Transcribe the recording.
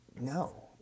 no